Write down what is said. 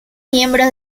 miembros